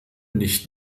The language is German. nicht